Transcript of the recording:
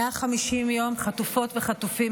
150 יום חטופות וחטופים,